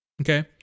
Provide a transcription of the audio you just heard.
okay